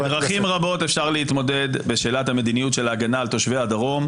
בדרכים רבות אפשר להתמודד בשאלת המדיניות של ההגנה על תושבי הדרום,